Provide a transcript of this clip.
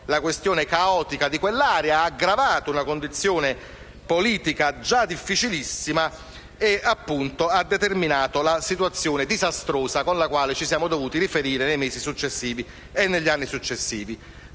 risolto il caos di quell'area, aggravando una condizione politica già difficilissima e determinando la situazione disastrosa alla quale ci siamo dovuti riferire nei mesi e negli anni successivi.